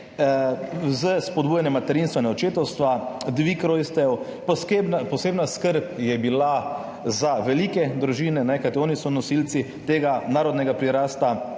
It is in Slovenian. s spodbujanjem materinstva in očetovstva, dvig rojstev, posebna skrb je bila za velike družine, kajti oni so nosilci tega narodnega prirasta